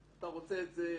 אתה רוצה את זה סככות,